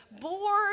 bored